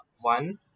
one